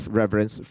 reverence